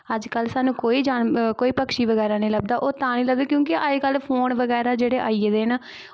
अज्ज कल स्हानू कोई पक्षी नी लब्भदा ओह् तां नी लब्भदे क्योंकि अज्ज कल फोन बगैरा आई गेदे न